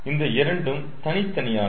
இந்த இரண்டும் தனித்தனியானவை